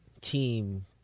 team